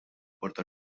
porto